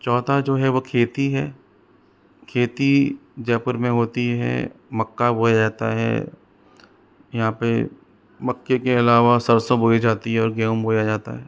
चौथा जो है वो खेती है खेती जयपुर में होती है मक्का बोया जाता है यहाँ पर मक्के के अलावा सरसों बोई जाती है ओर गेहूँ बोया जाता है